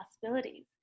possibilities